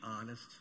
honest